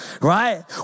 right